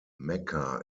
mecca